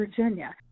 Virginia